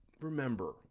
remember